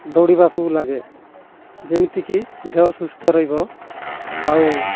ଦୌଡ଼ିବାକୁ ଲାଗେ ଯେମିତିକି ଦେହ ସୁସ୍ଥ ରହିବ ଆଉ